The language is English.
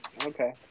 Okay